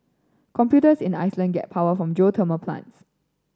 computers in Iceland get power from geothermal plants